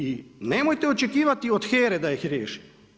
I nemojte očekivati od HERA-e da ih riješi.